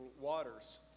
waters